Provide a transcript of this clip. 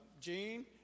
Gene